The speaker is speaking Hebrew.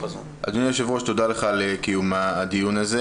אדוני היושב-ראש, תודה לך על הדיון הזה.